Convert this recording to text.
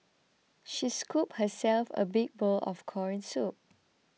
she scooped herself a big bowl of Corn Soup